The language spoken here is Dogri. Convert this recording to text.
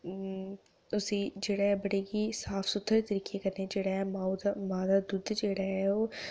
उसी जेह्ड़ा बडे गे साफ सुथरे तरीके कन्नै जेह्ड़ा ऐ मा'ऊ दा दुद्ध जेह्ड़ा ऐ